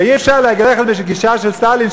אי-אפשר ללכת לשיטה של סטלין,